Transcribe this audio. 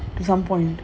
at some point